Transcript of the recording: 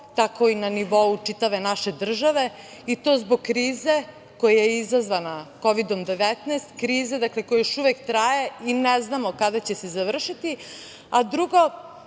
tako i na nivou čitave naše države, i to zbog kriza koja je izazvana Kovidom-19, krize koja još uvek traje i ne znamo kada će se završiti. Drugo,